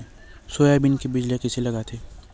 Soybean के बीज ल कइसे लगाथे?